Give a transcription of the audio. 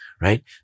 right